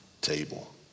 table